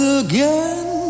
again